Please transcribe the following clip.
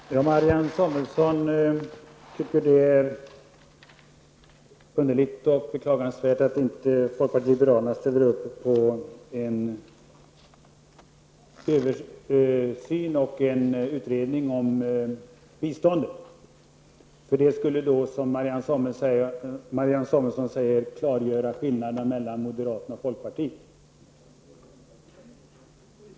Herr talman! Marianne Samuelsson tycker att det är underligt och beklagansvärt att inte folkpartiet liberalerna ställer upp på en översyn av och en utredning om biståndet. En sådan utredning skulle, säger Marianne Samuelsson, klargöra skillnaden mellan moderaterna och folkpartiet.